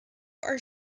are